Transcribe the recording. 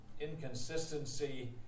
inconsistency